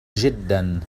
جدا